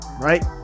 Right